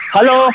Hello